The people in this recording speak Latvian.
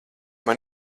man